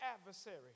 adversary